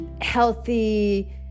healthy